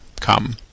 come